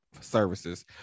services